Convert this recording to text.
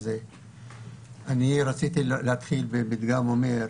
אני רציתי להתחיל בפתגם שאומר: